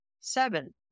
Seven